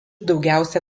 daugiausia